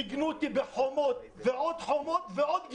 מיגנו אותי בחומות ועוד חומות ועוד גדרות.